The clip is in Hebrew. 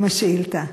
השאילתה.